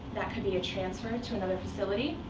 that could be a transfer to another facility,